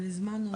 אבל הזמנו.